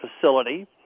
facility